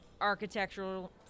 architectural